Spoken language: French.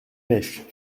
mèche